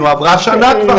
אבל עברה שנה.